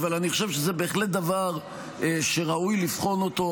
אבל אני חושב שזה בהחלט דבר שראוי לבחון אותו,